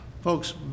folks